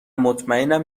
مطمئنم